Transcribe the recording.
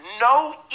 no